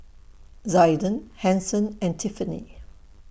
Zaiden Hanson and Tiffani